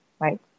right